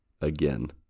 again